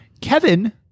Kevin